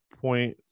point